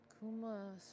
Kuma